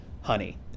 honey